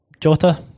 Jota